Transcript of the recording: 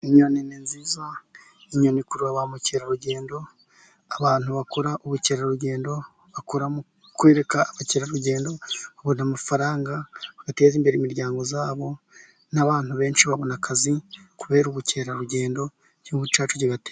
Inyoni nziza, inyoni ikurura ba mukerarugendo, abantu bakora ubukerarugendo, bakora mu kwereka abakerarugendo, babona amafaranga bagateza imbere imiryango yabo, n'abantu benshi babona akazi kubera ubukerarugendo, igihugu cyacu kigatera imbere.